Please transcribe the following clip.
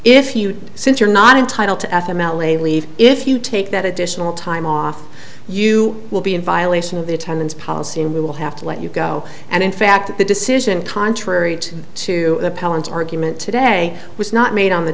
if you since you're not entitled to f m l a leave if you take that additional time off you will be in violation of the attendance policy and we will have to let you go and in fact the decision contrary to the appellant argument today was not made on the